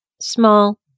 small